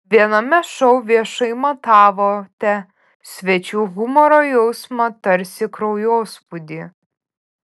viename šou viešai matavote svečių humoro jausmą tarsi kraujospūdį